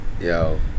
Yo